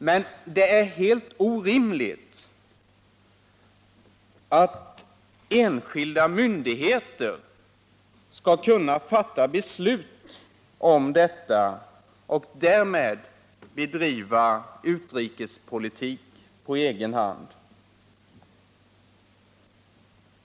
Men det är helt orimligt att enskilda myndigheter skall kunna fatta beslut om detta och därmed bedriva utrikespolitik på egen hand.